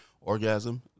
orgasm